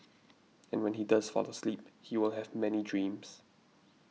and when he does fall asleep he will have many dreams